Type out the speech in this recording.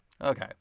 Okay